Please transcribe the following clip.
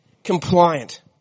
Compliant